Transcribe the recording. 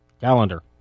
Calendar